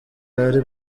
ahari